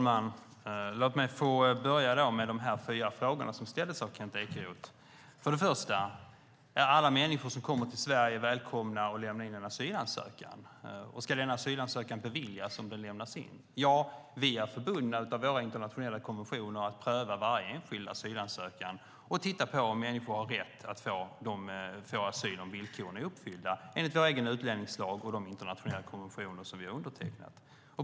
Fru talman! Låt mig börja med de fyra frågorna som ställdes av Kent Ekeroth. För det första är alla människor som kommer till Sverige välkomna att lämna in en asylansökan. Ska denna asylansökan beviljas om den lämnas in? Ja, vi är förbundna av våra internationella konventioner att pröva varje enskild asylansökan och titta på om människor har rätt att få asyl om villkoren är uppfyllda, enligt vår egen utlänningslag och de internationella konventioner som vi har undertecknat.